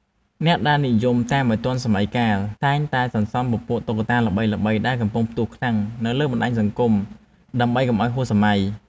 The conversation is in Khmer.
អ្នកដែលនិយមតាមឱ្យទាន់សម័យកាល តែងតែសន្សំពពួកតុក្កតាល្បីៗដែលកំពុងផ្ទុះខ្លាំងនៅលើបណ្ដាញសង្គមដើម្បីកុំឱ្យហួសសម័យ។